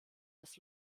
das